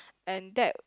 and that